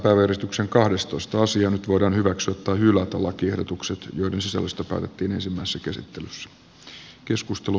nyt voidaan hyväksyä tai hylätä lakiehdotukset joiden sisällöstä päätettiin ensimmäisessä käsittelyssä